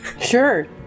Sure